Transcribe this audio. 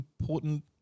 important